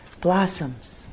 blossoms